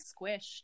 squished